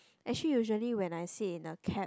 actually usually when I sit in a cab